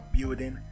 building